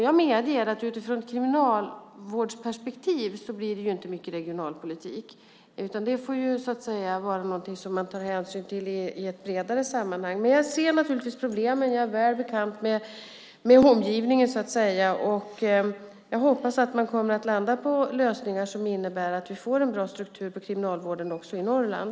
Jag medger att det utifrån ett kriminalvårdsperspektiv inte blir mycket regionalpolitik, utan det får vara någonting som man tar hänsyn till i ett bredare sammanhang. Jag ser naturligtvis problemen, och jag är väl bekant med omgivningen. Jag hoppas att man kommer att landa på lösningar som innebär att vi får en bra struktur på kriminalvården också i Norrland.